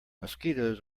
mosquitoes